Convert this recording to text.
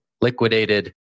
liquidated